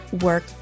work